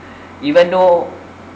even though